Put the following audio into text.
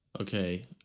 Okay